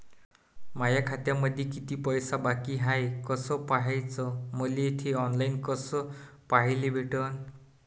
माया खात्यामंधी किती पैसा बाकी हाय कस पाह्याच, मले थे ऑनलाईन कस पाह्याले भेटन?